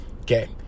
Okay